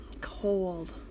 cold